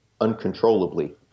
uncontrollably